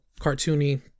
cartoony